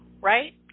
right